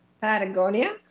Patagonia